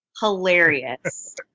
hilarious